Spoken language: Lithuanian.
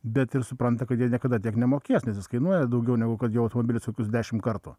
bet ir supranta kad jie niekada tiek nemokės nes jis kainuoja daugiau negu kad jo automobilis kokius dešimt kartų